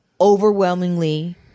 overwhelmingly